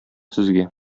сезгә